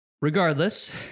Regardless